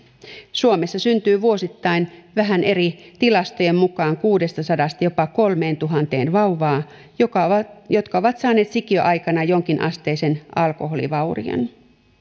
suomessa syntyy vuosittain vähän eri tilastojen mukaan kuudestasadasta jopa kolmeentuhanteen vauvaa jotka ovat saaneet sikiöaikana jonkinasteisen alkoholivaurion